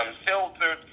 unfiltered